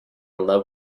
love